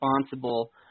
responsible